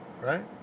right